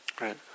right